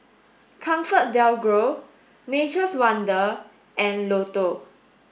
ComfortDelGro Nature's Wonders and Lotto